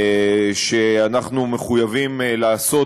שאנחנו מחויבים לעשות